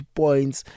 points